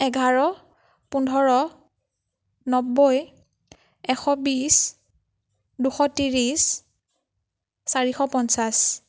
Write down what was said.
এঘাৰ পোন্ধৰ নব্বৈ এশ বিছ দুশ ত্ৰিছ চাৰিশ পঞ্চাশ